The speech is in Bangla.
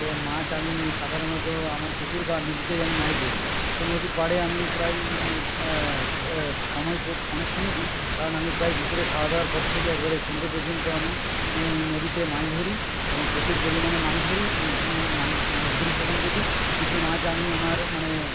তো মাছ আমি সাধারণত আমার পুকুর বা নদীতেই আমি মাছ ধরি তো নদীর পাড়ে আমি প্রায় মানে সময় অনেকক্ষণই দিই কারণ আমি প্রায় দুপুরে খাওয়া দাওয়ার পর থেকে একবারে সন্ধে পর্যন্ত আমি নদীতে মাছ ধরি এবং প্রচুর পরিমাণে মাছ ধরি যে মাছ ধরি সেখান থেকে কিছু মাছ আমি আমার মানে